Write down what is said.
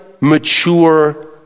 mature